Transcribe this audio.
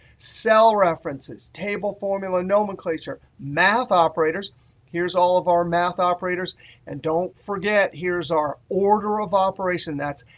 cell references, table formula nomenclature, math operators here's all of our math operators and don't forget here's our order of operation that's,